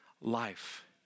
life